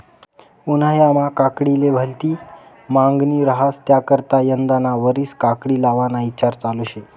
उन्हायामा काकडीले भलती मांगनी रहास त्याकरता यंदाना वरीस काकडी लावाना ईचार चालू शे